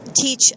teach